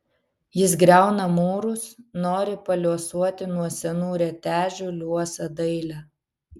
jis griauna mūrus nori paliuosuoti nuo senų retežių liuosą dailę